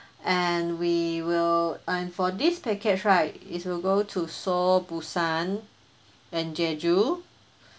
and we will um for this package right it will go to seoul busan and jeju